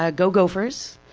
ah go gophers!